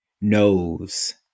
knows